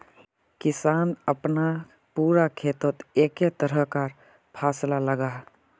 किसान अपना पूरा खेतोत एके तरह कार फासला लगाः